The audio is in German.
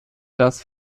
das